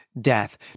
Death